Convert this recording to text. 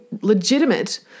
legitimate